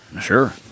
Sure